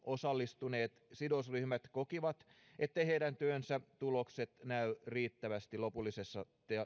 osallistuneet sidosryhmät kokivat etteivät heidän työnsä tulokset näy riittävästi lopullisessa